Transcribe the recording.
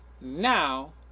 now